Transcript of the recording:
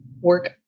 work